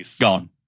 Gone